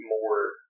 more